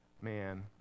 man